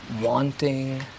wanting